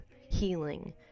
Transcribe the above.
healing